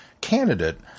candidate